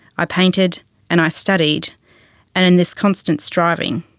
i painted and i studied and, in this constant striving,